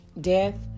death